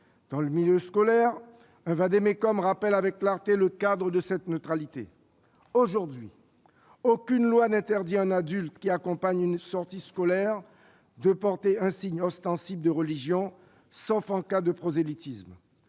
Dans le milieu scolaire, un vade-mecum rappelle avec clarté le cadre de cette neutralité. Aujourd'hui, aucune loi n'interdit à un adulte qui accompagne une sortie scolaire de porter un signe ostensible de religion, sauf en cas de prosélytisme.